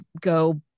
go